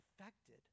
affected